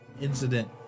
incident